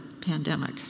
pandemic